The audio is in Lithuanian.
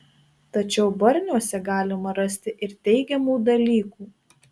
tačiau barniuose galima rasti ir teigiamų dalykų